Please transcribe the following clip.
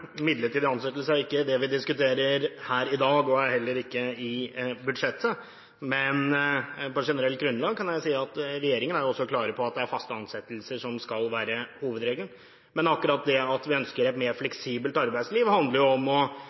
Midlertidig ansettelse er ikke det vi diskuterer her i dag, og heller ikke i budsjettet. Men på generelt grunnlag kan jeg si at regjeringen er også klar på at det er faste ansettelser som skal være hovedregelen. Akkurat det at vi ønsker et mer fleksibelt arbeidsliv, handler om å